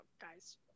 guys